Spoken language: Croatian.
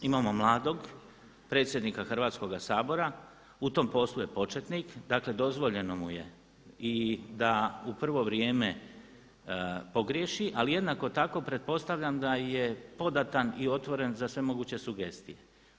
Imamo mladog predsjednika Hrvatskoga sabora, u tom poslu je početnik, dakle dozvoljeno mu je i da u prvo vrijeme pogriješi ali jednako tako pretpostavljam da je podatan i otvoren za sve moguće sugestije.